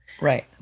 Right